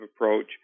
approach